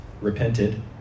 repented